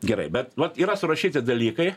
gerai bet vat yra surašyti dalykai